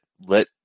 let